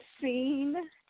seen